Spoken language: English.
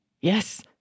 Yes